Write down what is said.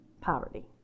poverty